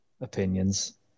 opinions